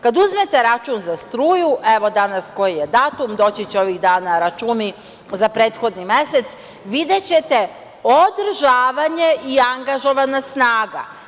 Kad uzmete račun za struju, evo, danas koji je datum, doći će ovih dana računi za prethodni mesec, videćete održavanje i angažovana snaga.